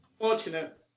fortunate